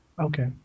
Okay